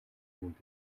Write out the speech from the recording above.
түүнд